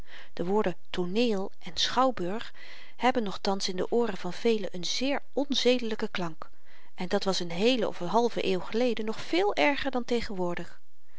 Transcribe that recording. de woorden tooneel en schouwburg hebben nog thans in de ooren van velen n zeer onzedelyken klank en dat was n heele of halve eeuw geleden nog veel erger dan tegenwoordig